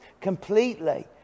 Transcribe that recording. completely